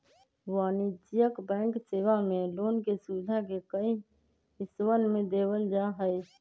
वाणिज्यिक बैंक सेवा मे लोन के सुविधा के कई हिस्सवन में देवल जाहई